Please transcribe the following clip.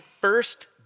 first